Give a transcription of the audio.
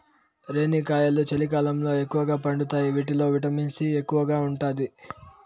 రేణిగాయాలు చలికాలంలో ఎక్కువగా పండుతాయి వీటిల్లో విటమిన్ సి ఎక్కువగా ఉంటాది